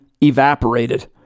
evaporated